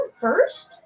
first